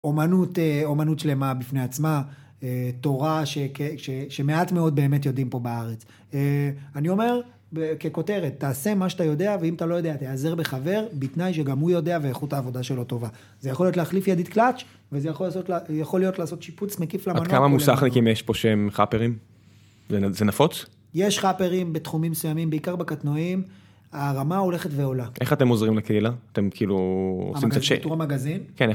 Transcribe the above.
אמנות, אמנות שלמה בפני עצמה, תורה שמעט מאוד באמת יודעים פה בארץ. אני אומר ככותרת, תעשה מה שאתה יודע, ואם אתה לא יודע, תיעזר בחבר, בתנאי שגם הוא יודע ואיכות העבודה שלו טובה. זה יכול להיות להחליף ידית קלאץ', וזה יכול להיות לעשות שיפוץ מקיף למנוע. עד כמה מוסכניקים יש פה שהם חאפרים? זה נפוץ? יש חאפרים בתחומים מסוימים, בעיקר בקטנועים. הרמה הולכת ועולה. איך אתם עוזרים לקהילה? אתם כאילו עושים את זה. בתור מגזין?